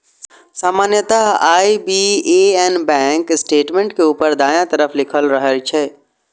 सामान्यतः IBAN bank statement के ऊपर दायां तरफ लिखल रहै छै